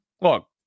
look